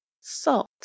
salt